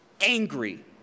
angry